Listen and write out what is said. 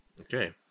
Okay